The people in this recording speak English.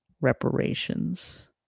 reparations